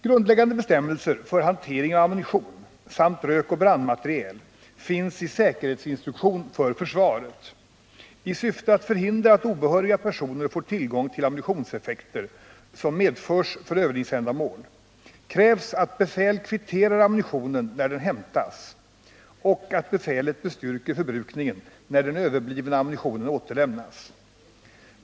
Grundläggande bestämmelser för hantering av ammunition samt rökoch brandmateriel, finns i Säkerhetsinstruktion för försvaret. I syfte att förhindra att obehöriga personer får tillgång till ammunitionseffekter som medförs för övningsändamål krävs att befäl kvitterar ammunitionen när den hämtas, och att befälet bestyrker förbrukningen när den överblivna ammunitionen återlämnas.